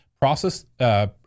process